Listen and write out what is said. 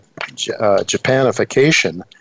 Japanification